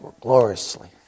gloriously